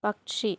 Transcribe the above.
പക്ഷി